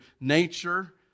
nature